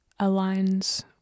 aligns